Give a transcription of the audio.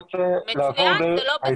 מצוין ולא בסתירה.